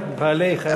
בעלי חיילות.